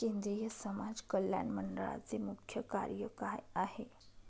केंद्रिय समाज कल्याण मंडळाचे मुख्य कार्य काय आहे?